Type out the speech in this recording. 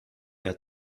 mehr